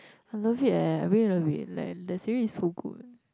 I love it eh I really love it like that series is so good